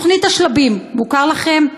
תוכנית השלבים, מוכר לכם?